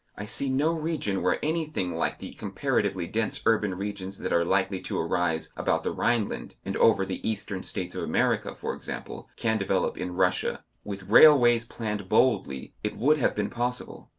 i see no region where anything like the comparatively dense urban regions that are likely to arise about the rhineland and over the eastern states of america, for example, can develop in russia. with railways planned boldly, it would have been possible,